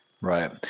Right